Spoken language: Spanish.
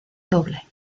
doble